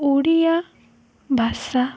ଓଡ଼ିଆ ଭାଷା